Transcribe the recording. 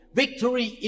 victory